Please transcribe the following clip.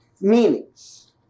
meanings